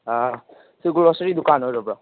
ꯁꯤ ꯒ꯭ꯔꯣꯁꯔꯤ ꯗꯨꯀꯥꯟ ꯑꯣꯏꯔꯕꯣ